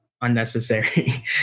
Unnecessary